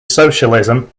socialism